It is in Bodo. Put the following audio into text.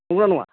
नंगौना नङा